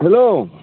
hello